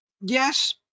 yes